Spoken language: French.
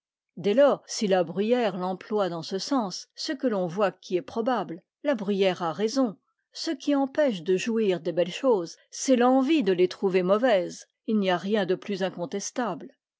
dès lors si la bruyère l'emploie dans ce sens ce que l'on voit qui est probable la bruyère a raison ce qui empêche de jouir des belles choses c'est l'envie de les trouver mauvaises il n'y a rien de plus incontestable